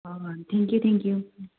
ꯍꯣꯏ ꯍꯣꯏ thank you thank U